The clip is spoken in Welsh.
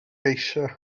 eisiau